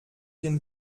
den